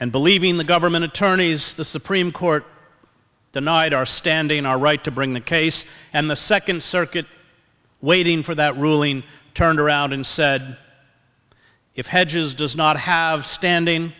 and believing the government attorneys the supreme court denied our standing our right to bring the case and the second circuit waiting for that ruling turned around and said if hedges does not have standing